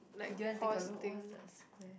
do you want take a look what's a square